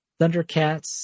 Thundercats